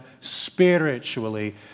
spiritually